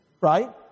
right